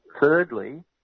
thirdly